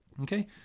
Okay